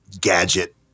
gadget